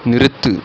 நிறுத்து